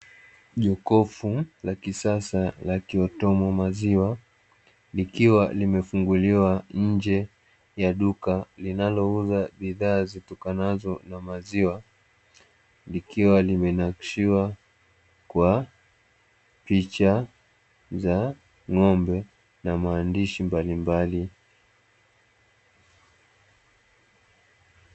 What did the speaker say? Jokofu la kisasa la kiautomaziwa likiwa limefunguliwa nje ya duka linalouza bidhaa zitokanazo na maziwa, likiwa limenakshiwa kwa picha za ng'ombe na maandishi mbalimbali.